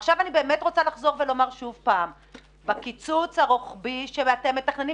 עכשיו אני באמת רוצה לחזור ולשאול שוב שבקיצוץ הרוחבי שאתם מתכננים,